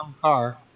car